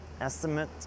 estimate